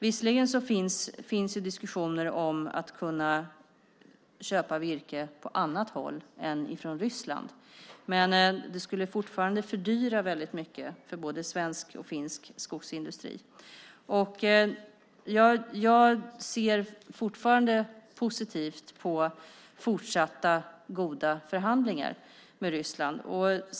Visserligen finns det diskussioner om att köpa virke på annat håll än från Ryssland, men det skulle fördyra mycket för både svensk och finsk skogsindustri. Jag ser fortfarande positivt på fortsatta goda förhandlingar med Ryssland.